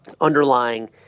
underlying